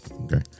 okay